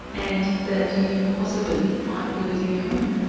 and that you possibly might be losing your home?